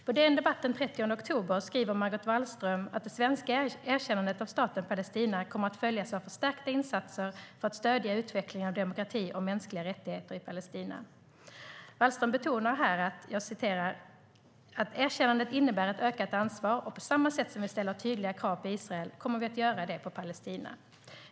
På DN Debatt den 30 oktober skriver Margot Wallström att det svenska erkännandet av staten Palestina kommer att följas av förstärkta insatser för att stödja utvecklingen av demokrati och mänskliga rättigheter i Palestina. Wallström betonar här att "erkännandet innebär även ett ökat ansvar. På samma sätt som vi ställer tydliga krav på Israel kommer vi att göra det på Palestina."